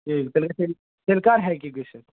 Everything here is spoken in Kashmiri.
کِہیٖنۍ تیٚلہِ کر ہٮ۪کہِ یہِ گٔژھِتھ